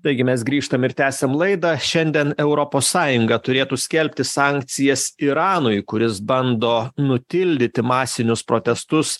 taigi mes grįžtam ir tęsiam laidą šiandien europos sąjunga turėtų skelbti sankcijas iranui kuris bando nutildyti masinius protestus